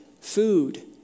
food